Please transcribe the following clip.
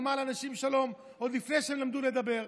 לומר לאנשים שלום עוד לפני שהם למדו לדבר.